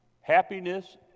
happiness